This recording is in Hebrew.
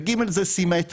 שלישית, זה סימטרי.